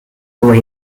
lure